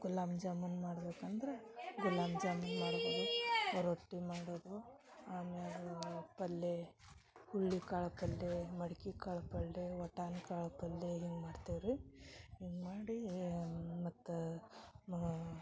ಗುಲಾಬ್ಜಾಮುನ್ ಮಾಡ್ಬೇಕು ಅಂದ್ರ ಗುಲಾಬ್ಜಾಮುನ್ ಮಾಡೋದು ರೊಟ್ಟಿ ಮಾಡೋದು ಅಮ್ಯಾಗ ಅವರು ಪಲ್ಯ ಉಳ್ಳಿ ಕಾಳು ಪಲ್ಯೆ ಮಡ್ಕಿ ಕಾಳು ಪಳ್ಳೆ ಒಟಾನ್ ಕಾಳು ಪಲ್ಯ ಹಿಂಗೆ ಮಾಡ್ತಿವೆ ರೀ ಹಿಂಗ್ ಮಾಡಿ ಮತ್ತು